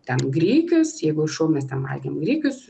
ten grikius jeigu šuo mes ten valgėm grikius